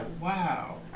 wow